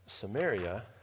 Samaria